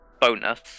bonus